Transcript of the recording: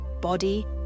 body